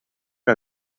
que